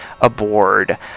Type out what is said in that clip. aboard